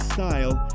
Style